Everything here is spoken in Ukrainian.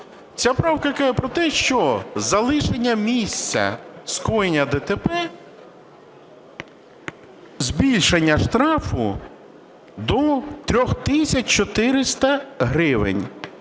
Ця правка каже про те, що залишення місця скоєння ДТП – збільшення штрафу до 3 тисяч 400 гривень.